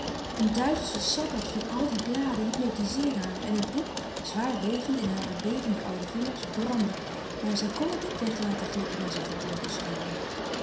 een duivelsche sabbath van af die bladen hypnotizeerde haar en het boek zwaar wegende in hare bevende oude vingers brandde maar zij kn het niet weg laten glippen naar zijn verborgen schuilhoek